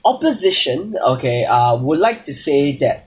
opposition okay uh would like to say that